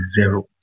zero